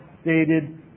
stated